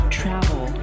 travel